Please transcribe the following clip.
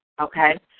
Okay